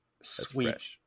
Sweet